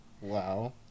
Wow